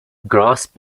grasp